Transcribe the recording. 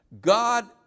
God